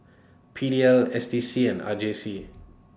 P D L S D C and R J C